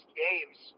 games